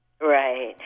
Right